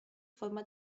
forma